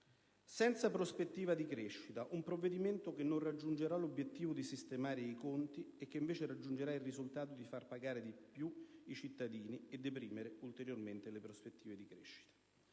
senza prospettive di crescita. Un provvedimento che non raggiungerà l'obiettivo di sistemare i conti e che invece raggiungerà il risultato di far pagare di più i cittadini e deprimere ulteriormente le prospettive di crescita.